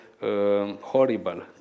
horrible